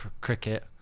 cricket